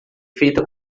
feita